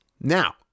Now